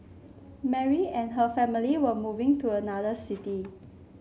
Mary and her family were moving to another city